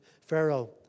Pharaoh